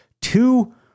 two